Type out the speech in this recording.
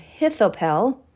Hithopel